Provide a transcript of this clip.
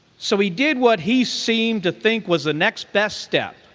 so he did what he seemed to think was the next best step,